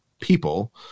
people